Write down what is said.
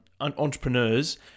entrepreneurs